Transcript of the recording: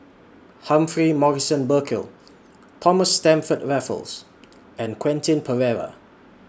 Humphrey Morrison Burkill Thomas Stamford Raffles and Quentin Pereira